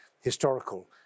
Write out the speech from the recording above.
historical